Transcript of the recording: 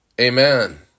Amen